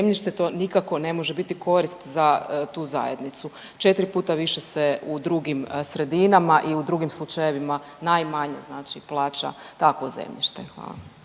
zemljište to nikako ne može biti korist za tu zajednicu. 4 puta više se u drugim sredinama i u drugim slučajevima najmanje znači plaća takvo zemljište.